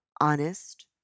honest